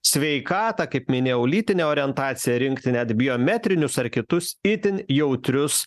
sveikatą kaip minėjau lytinę orientaciją rinkti net biometrinius ar kitus itin jautrius